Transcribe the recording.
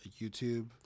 YouTube